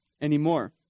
anymore